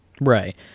right